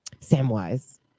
Samwise